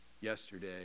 yesterday